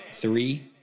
Three